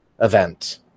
event